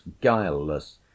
guileless